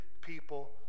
people